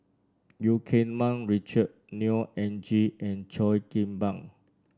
Eu Keng Mun Richard Neo Anngee and Cheo Kim Ban